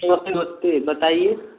नमस्ते नमस्ते बताइए